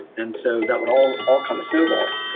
and so that would all all kind of snowball.